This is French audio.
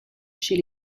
chez